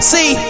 See